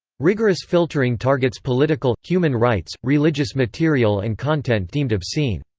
rigorous filtering targets political, human rights, religious material and content deemed obscene.